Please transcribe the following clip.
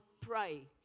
pray